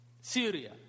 Syria